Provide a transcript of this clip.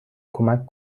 کمک